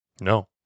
No